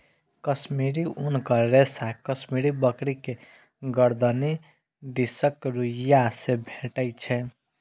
कश्मीरी ऊनक रेशा कश्मीरी बकरी के गरदनि दिसक रुइयां से भेटै छै